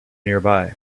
nearby